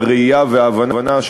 הראייה וההבנה,